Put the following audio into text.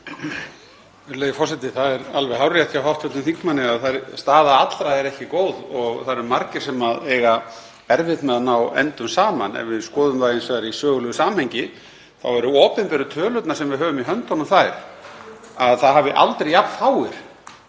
Það er hárrétt hjá hv. þingmanni að staða allra er ekki góð og það eru margir sem eiga erfitt með að ná endum saman. Ef við skoðum það hins vegar í sögulegu samhengi þá eru opinberu tölurnar sem við höfum í höndunum þær að það hafi aldrei jafn fáir